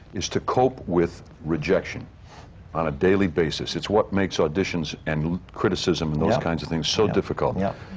is to cope with rejection on a daily basis. it's what makes auditions and criticism and those kinds of things so difficult. and yep,